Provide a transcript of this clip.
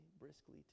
briskly